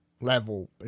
level